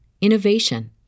innovation